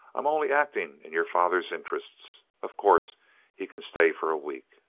i'm only acting in your father's interests. of course he can stay for a week.